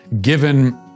given